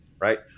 Right